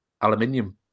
aluminium